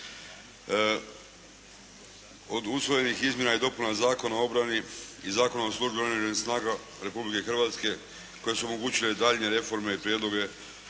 Od usvojenih izmjena i dopuna Zakona o obrani i Zakona o službi u Oružanim snagama Republike Hrvatske, koje su omogućile daljnje reforme i prijedloge